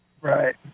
Right